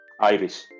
Irish